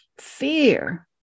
fear